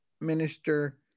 minister